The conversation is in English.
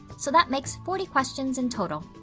so, that makes forty questions in total.